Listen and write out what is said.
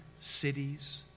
cities